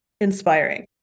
inspiring